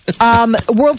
World